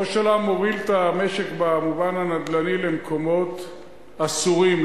ראש הממשלה מוביל את המשק במובן הנדל"ני למקומות אסורים,